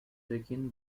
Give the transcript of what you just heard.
begin